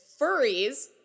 furries